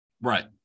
Right